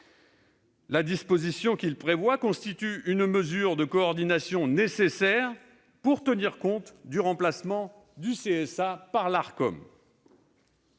La disposition qu'il porte constitue une mesure de coordination nécessaire pour tenir compte du remplacement du Conseil